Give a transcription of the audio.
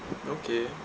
okay